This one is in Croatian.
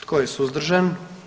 Tko je suzdržan?